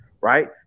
right